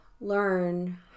learn